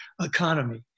economy